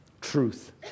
truth